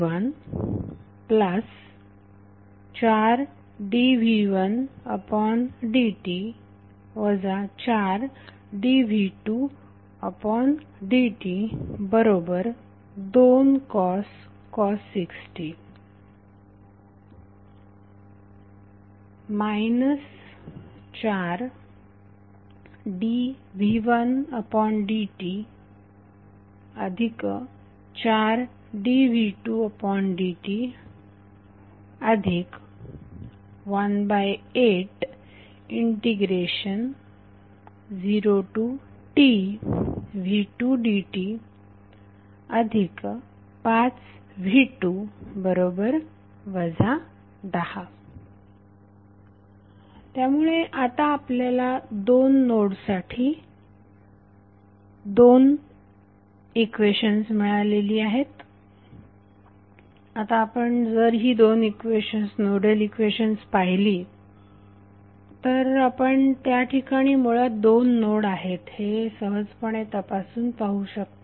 3v14dv1dt 4dv2dt2cos 6t 4dv1dt4dv2dt180tv2dt5v2 10 त्यामुळे आता आपल्याला दोन नोडसाठी दोन इक्वेशन्स मिळालेली आहेत आता आपण जर ही दोन नोडल इक्वेशन्स पाहिली तर आपण त्या ठिकाणी मुळात दोन नोड आहेत हे सहजपणे तपासून पाहू शकता